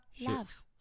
love